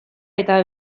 eta